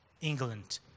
England